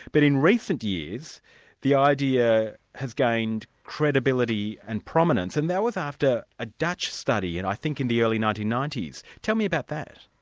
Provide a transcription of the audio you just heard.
but in recent years the idea has gained credibility and prominence, and that was after a dutch study, and i think in the early nineteen ninety s. tell me about that.